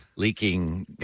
Leaking